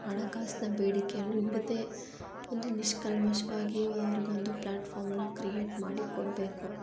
ಹಣಕಾಸಿನ ಬೇಡಿಕೆಯಲ್ಲೂ ಇರುತ್ತೆ ಒಂದು ನಿಷ್ಕಲ್ಮಶವಾಗಿ ಅವ್ರಿಗೊಂದು ಪ್ಲ್ಯಾಟ್ಫಾರ್ಮ್ನ ಕ್ರಿಯೇಟ್ ಮಾಡಿ ಕೊಡಬೇಕು